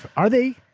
are they?